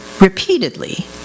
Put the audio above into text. repeatedly